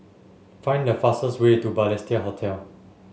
find the fastest way to Balestier Hotel